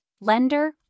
lender